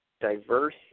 diverse